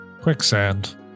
Quicksand